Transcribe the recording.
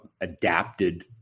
adapted